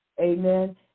Amen